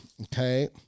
Okay